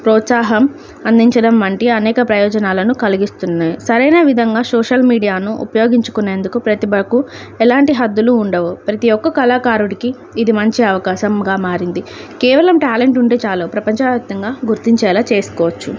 ప్రోత్సాహం అందించడం వంటి అనేక ప్రయోజనాలను కలిగిస్తున్నాయి సరైన విధంగా సోషల్ మీడియాను ఉపయోగించుకునేందుకు ప్రతిభకు ఎలాంటి హద్దులు ఉండవు ప్రతి ఒక్క కళాకారుడికి ఇది మంచి అవకాశముగా మారింది కేవలం ట్యాలెంట్ ఉంటే చాలు ప్రపంచవ్యాప్తంగా గుర్తించేలా చేసుకోవచ్చు